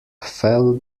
fell